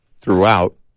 throughout